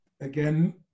again